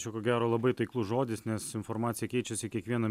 čia ko gero labai taiklus žodis nes informacija keičiasi kiekvieną